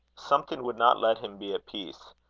something would not let him be at peace.